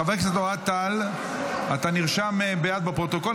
חבר הכנסת אוהד טל, אתה נרשם בעד בפרוטוקול.